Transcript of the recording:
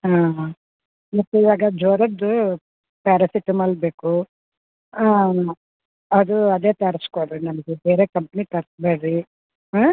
ಹಾಂ ಹಾಂ ಮತ್ತೆ ಇವಾಗ ಜ್ವರದ್ದು ಪ್ಯಾರಸಿಟಮಲ್ ಬೇಕು ಅದು ಅದೇ ತರಿಸಿಕೊಡ್ರಿ ನಮಗೆ ಬೇರೆ ಕಂಪ್ನಿ ತರಿಸ್ಬೇಡ್ರಿ ಹಾಂ